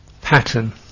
pattern